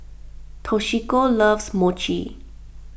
Toshiko loves Mochi